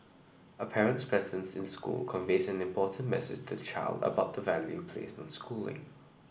a parent's presence in school conveys an important message to the child about the value placed on schooling